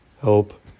help